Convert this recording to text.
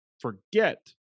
Forget